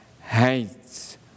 hates